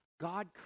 God